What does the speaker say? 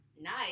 Nice